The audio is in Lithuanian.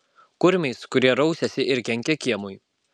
kurmiais kurie rausiasi ir kenkia kiemui